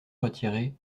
retirer